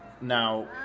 Now